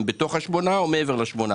הם בתוך השמונה או מעבר לשמונה?